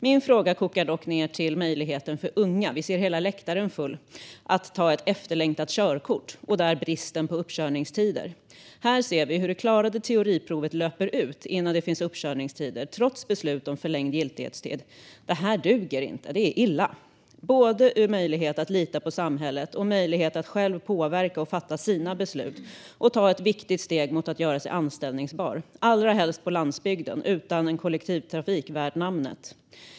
Min fråga kokar dock ned till möjligheten för unga - vi ser hela läktaren full - att ta ett efterlängtat körkort och bristen på uppkörningstider. Avklarade teoriprov löper ut innan det finns uppkörningstider, trots beslut om förlängd giltighetstid. Det här duger inte. Det är illa vad avser både möjligheten att lita på samhället och möjligheten att själv påverka, fatta beslut och ta ett viktigt steg mot att göra sig anställbar, i synnerhet på landsbygden utan kollektivtrafik värd namnet.